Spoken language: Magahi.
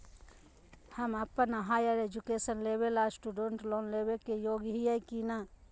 हम अप्पन हायर एजुकेशन लेबे ला स्टूडेंट लोन लेबे के योग्य हियै की नय?